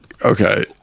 Okay